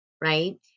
right